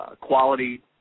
quality